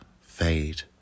fade